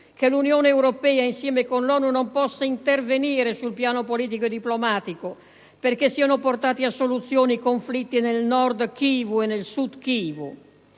che l'Unione europea, insieme all'ONU, non possa intervenire sul piano politico e diplomatico perché siano portati a soluzione i conflitti nel Nord Kivu e nel Sud Kivu?